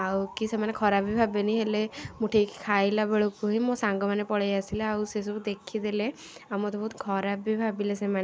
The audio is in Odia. ଆଉ କି ସେମାନେ ଖରାପ ବି ଭାବିବେନି ହେଲେ ମୁଁ ଠିକ୍ ଖାଇଲା ବେଳକୁ ହିଁ ମୋ ସାଙ୍ଗମାନେ ପଳେଇ ଆସିଲେ ଆଉ ସେସବୁ ଦେଖିଦେଲେ ଆଉ ମୋତେ ବହୁତ ଖରାପ ବି ଭାବିଲେ ସେମାନେ